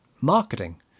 marketing